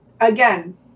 again